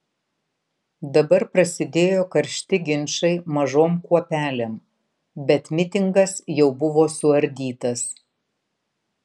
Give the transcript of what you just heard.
dabar prasidėjo karšti ginčai mažom kuopelėm bet mitingas jau buvo suardytas